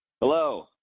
hello